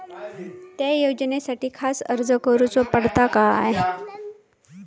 त्या योजनासाठी खास अर्ज करूचो पडता काय?